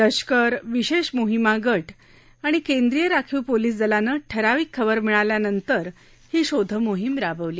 लष्कर विशद्व मोहिमा गट आणि केंद्रीय राखीव पोलीस दलानं ठराविक खबर मिळाल्यानंतरही शोधमोहिम राबवली